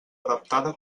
adaptada